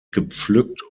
gepflückt